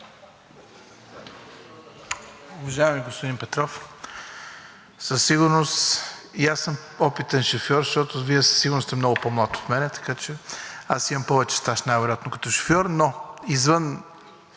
Уважаеми господин Петров, със сигурност и аз съм опитен шофьор, защото Вие със сигурност сте много по-млад от мен, така че аз имам повече стаж най-вероятно като шофьор. Извън